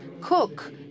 cook